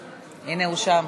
הנה, הוא שם.